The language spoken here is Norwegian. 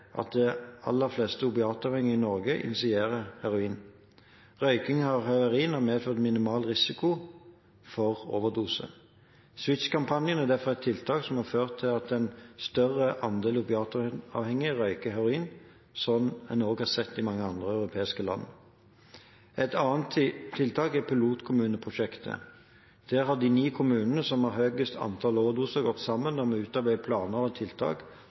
at de aller fleste opiatavhengige i Norge injiserer heroin. Røyking av heroin medfører minimal risiko for overdose. SWITCH-kampanjen er derfor et tiltak som har ført til at en større andel opiatavhengige røyker heroin, slik man også har sett i mange andre europeiske land. Et annet tiltak er pilotkommuneprosjektet. Der har de ni kommunene som har høyest antall overdoser, gått sammen om å utarbeide planer og tiltak